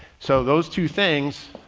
so those two things